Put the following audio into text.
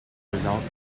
result